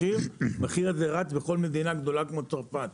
המחיר הזה רץ במדינה גדולה כמו צרפת.